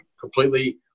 completely